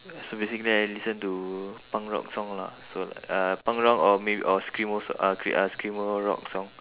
so basically I listen to punk rock song lah so uh punk rock or mayb~ or screamo uh scr~ uh screamo rock song